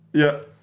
yeah.